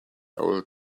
old